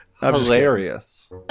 hilarious